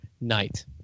night